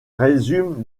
résulte